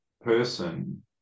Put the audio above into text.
person